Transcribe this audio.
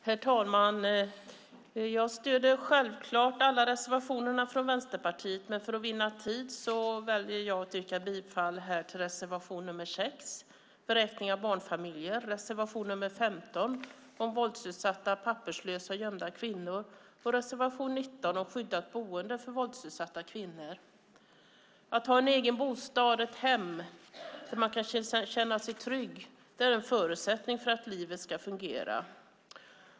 Herr talman! Jag stöder självklart alla reservationer från Vänsterpartiet men för att vinna tid yrkar jag bifall till reservation 6 om vräkning av barnfamiljer, reservation 15 om våldsutsatta papperslösa gömda kvinnor och reservation 19 om skyddat boende för våldsutsatta kvinnor. Att ha en egen bostad, ett hem, där man kan känna sig trygg är en förutsättning för att livet ska fungera.